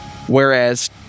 Whereas